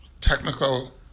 technical